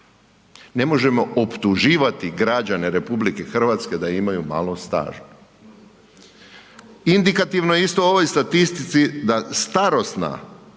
Ne možemo optuživati građane RH da imaju malo staža. Indikativno i isto u ovoj statistici da starosna